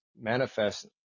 manifest